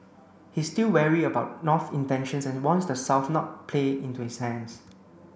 he still wary about North's intentions and warns the South not play into its hands